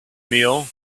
meal